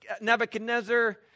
Nebuchadnezzar